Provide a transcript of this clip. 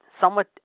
somewhat